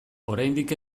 oraindik